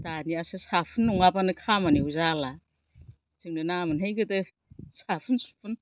दानियासो साफोन नङाबानो खामानियाबो जाला जोंनो नांङा मोनहाय गोदो साफोन सुफोन